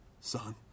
son